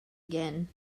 again